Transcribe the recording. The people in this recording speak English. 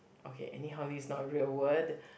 okay anyhowly is not a real word